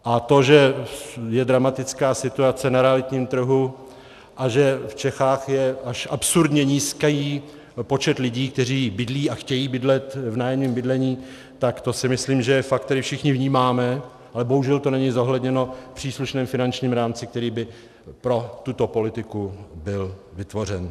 A to, že je dramatická situace na realitním trhu a že v Čechách je až absurdní počet lidí, kteří bydlí a chtějí bydlet v nájemním bydlení, tak to si myslím, že fakt všichni vnímáme, ale bohužel to není zohledněno v příslušném finančním rámci, který by pro tuto politiku byl vytvořen.